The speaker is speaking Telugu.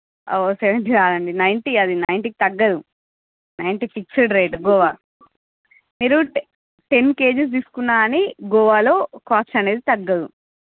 ఓ సెవెంటీ రాదండి నైన్టీ అది నైన్టీ కి తగ్గదు నైన్టీ ఫిక్సడ్ రేటు గువా మీరు టెన్ టెన్ కేజీస్ తీసుకున్న కాని గువా లో కాస్ట్ అనేది తగ్గదు